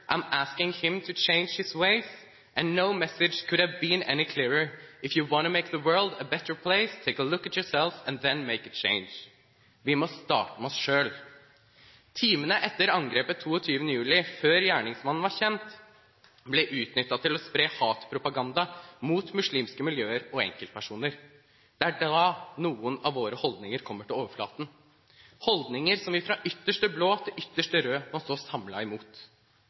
Asking Him To Change His Ways And No Message Could Have Been Any Clearer If You Wanna Make The World A Better Place Take A Look At Yourself, And Then Make A Change» Vi må starte med oss selv. Timene etter angrepet 22. juli, før gjerningsmannen var kjent, ble utnyttet til å spre hatpropaganda mot muslimske miljøer og enkeltpersoner. Det er da noen av våre holdninger kommer til overflaten, holdninger som vi, fra det ytterste blå til det ytterste røde, må stå samlet imot.